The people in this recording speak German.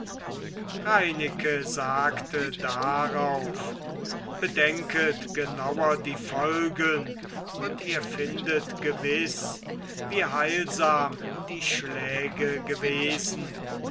reineke sagte darauf bedenkt genauer die folgen und ihr findet gewiß wie heilsam die schläge gewesen